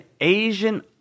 Asian